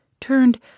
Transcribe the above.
turned